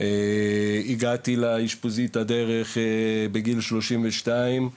הגעתי לאשפוזית הדרך בגיל שלושים ושתיים,